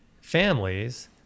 families